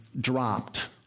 dropped